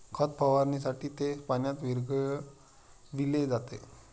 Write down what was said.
खत फवारणीसाठी ते पाण्यात विरघळविले जाते